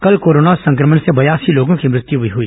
कल कोरोना संक्रमण से बयासी लोगों की मृत्यु भी हुई